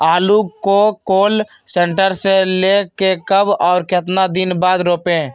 आलु को cold store से ले के कब और कितना दिन बाद रोपे?